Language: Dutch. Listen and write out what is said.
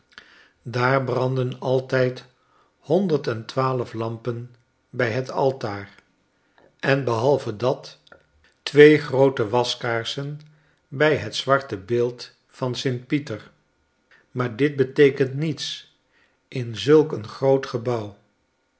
daar branden altijd honderd en twaalf lampen bij het altaar en behalve dat twee groote waskaarsen bij het zwarte beeld van sint pieter maar dit beteekent niets in zulk een groot gebouw